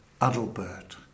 Adalbert